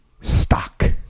stock